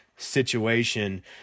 situation